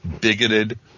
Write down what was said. bigoted